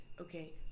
okay